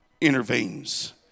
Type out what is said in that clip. intervenes